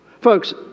Folks